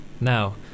Now